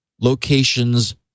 locations